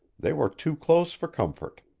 they were too close for comfort.